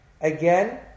Again